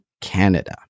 Canada